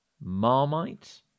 Marmite